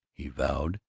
he vowed,